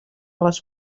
les